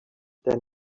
than